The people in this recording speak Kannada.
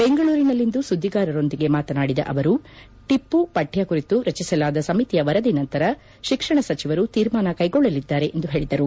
ಬೆಂಗಳೂರಿನಲ್ಲಿಂದು ಸುದ್ದಿಗಾರರೊಂದಿಗೆ ಮಾತನಾಡಿದ ಅವರು ಟಿಪ್ನು ಪಠ್ಯ ಕುರಿತು ರಚಿಸಲಾದ ಸಮಿತಿಯ ವರದಿ ನಂತರ ಶಿಕ್ಷಣ ಸಚಿವರು ತೀರ್ಮಾನ ಕೈಗೊಳ್ಳಲಿದ್ದಾರೆ ಎಂದು ಹೇಳಿದರು